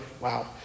wow